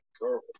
girl